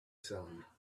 sound